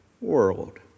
world